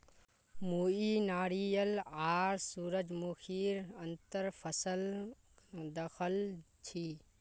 मुई नारियल आर सूरजमुखीर अंतर फसल दखल छी